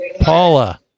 paula